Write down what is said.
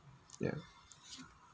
ya